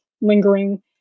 lingering